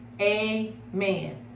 Amen